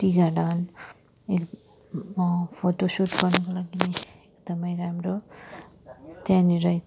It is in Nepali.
टी गार्डन ए फोटो सुट गर्नको लागि एकदमै राम्रो त्यहाँनेर